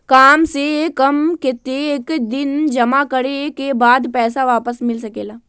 काम से कम कतेक दिन जमा करें के बाद पैसा वापस मिल सकेला?